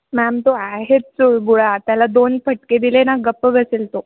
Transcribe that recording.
ma'am तो आहेच चुळबुळा त्याला दोन फटके दिले ना गप्प बसेल तो